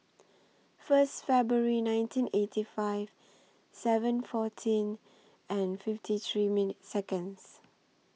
First February nineteen eighty five seven fourteen and fifty three minute Seconds